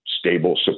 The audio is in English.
stable